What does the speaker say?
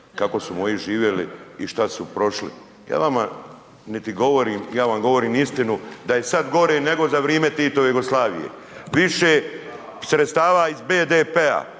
kako su moji živjeli i šta su prošli, ja vama niti govorim, ja vam govorim istinu da je sad gore nego za vrime Titove Jugoslavije, više sredstava iz BDP-a